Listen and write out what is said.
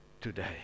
today